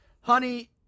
Honey